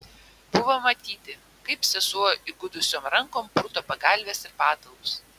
buvo matyti kaip sesuo įgudusiom rankom purto pagalves ir patalus